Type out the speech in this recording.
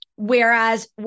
Whereas